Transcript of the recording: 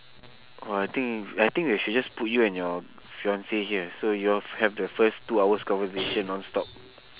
!wah! I think y~ I think I should just put you and your fiance here so you all have the first two hours conversation non-stop